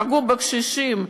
פגעו בקשישים.